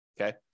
Okay